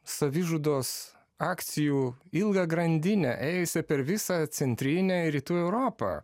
savižudos akcijų ilgą grandinę ėjusią per visą centrinę ir rytų europą